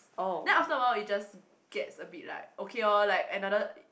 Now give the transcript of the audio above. then after awhile it just gets a bit like okay loh another like